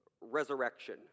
resurrection